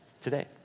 today